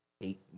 eight